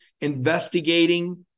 investigating